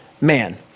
man